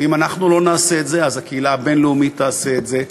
ואם אנחנו לא נעשה את זה אז הקהילה הבין-לאומית תעשה את זה,